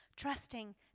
Trusting